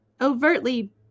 overtly